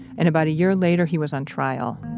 and about a year later, he was on trial.